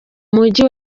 mujyi